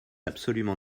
absolument